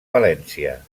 valència